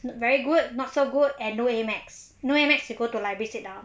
very good not so good and no A math no A math you go to library sit down